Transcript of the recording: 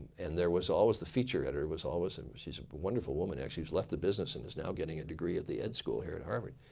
and there was always the feature editor was always she's a wonderful woman actually. she left the business and is now getting a degree at the ed school here at harvard.